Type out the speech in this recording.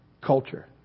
culture